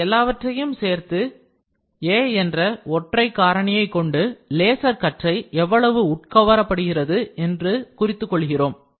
இவை எல்லாவற்றையும் சேர்த்து 'a' என்ற ஒற்றைக் காரணியை கொண்டு லேசர் கற்றை எவ்வளவு உட்கவரப்படுகிறது என்பதை குறித்துக் கொள்கிறோம்